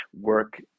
work